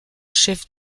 chef